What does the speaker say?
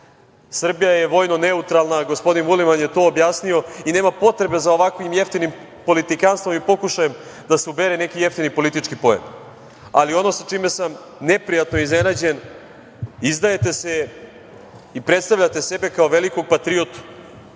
desiti. Srbija je vojno neutralna, gospodin Vulin vam je to objasnio i nema potrebe za ovakvim jeftinim politikanstvom i pokušajem da se ubere neki jeftini politički poen. Ono sa čime sam neprijatno iznenađen, izdajte se i predstavljate sebe kao velikog patriotu,